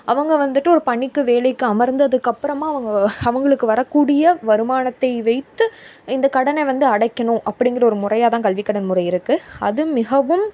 அவங்க வந்துட்டு ஒரு பணிக்கு வேலைக்கு அமர்ந்ததுக்கு அப்புறமா அவங்க அவங்களுக்கு வரக்கூடிய வருமானத்தை வைத்து இந்த கடனை வந்து அடைக்கணும் அப்படிங்கிற ஒரு முறையால்தான் கல்விக் கடன் முறை இருக்குது அது மிகவும்